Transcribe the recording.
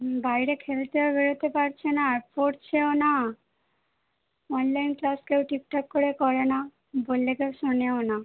হুম বাইরে খেলতে আর বেরোতে পারছে না আর পড়ছেও না অনলাইন ক্লাস কেউ ঠিকঠাক করে করে না বললে তো শোনেও না